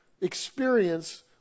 experience